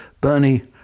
Bernie